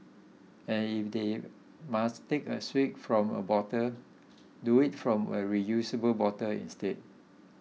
and if they must take a swig from a bottle do it from a reusable bottle instead